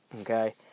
Okay